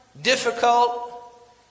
difficult